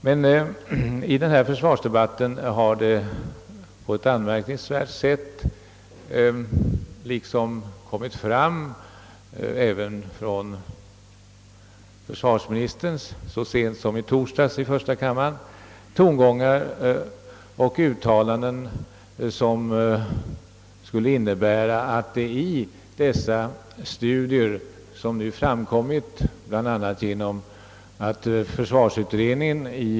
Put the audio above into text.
Men i denna försvarsdebatt har det på ett anmärkningsvärt sätt förekommit tongångar och uttalanden även från försvarsministern i torsdags i första kammaren — som ger vid handen att dessa studier skulle vara så entydiga, att man därav skulle kunna dra bestämda slutsatser om läget i Norden, i Europa och i världen i övrigt.